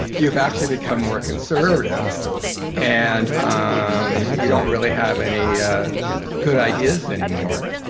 you've actually become more conservative and ah um you don't really have any ah good ideas anymore,